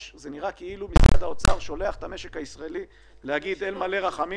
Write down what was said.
זה נראה כאילו משרד האוצר שולח את המשק הישראלי להגיד "אל מלא רחמים",